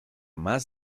más